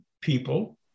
people